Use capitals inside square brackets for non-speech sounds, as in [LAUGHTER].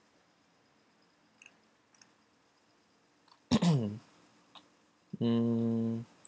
[COUGHS] hmm